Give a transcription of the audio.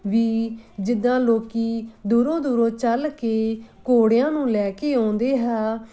ਵੀ ਜਿੱਦਾਂ ਲੋਕੀ ਦੂਰੋਂ ਦੂਰੋਂ ਚੱਲ ਕੇ ਘੋੜਿਆਂ ਨੂੰ ਲੈ ਕੇ ਆਉਂਦੇ ਹਾਂ